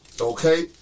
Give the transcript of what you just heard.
Okay